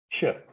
Sure